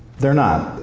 they're not.